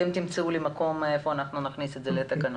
אתם תמצאו היכן נוכל להכניס את זה בתקנות.